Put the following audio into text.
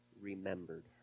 remembered